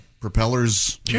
propellers